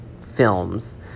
films